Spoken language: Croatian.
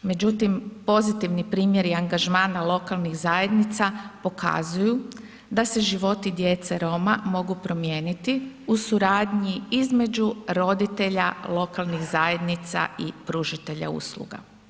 Međutim, pozitivni primjeri i angažmana lokalnih zajednica pokazuju da se životi djece Roma mogu promijeniti u suradnji između roditelja lokalnih zajednica i pružatelja usluga.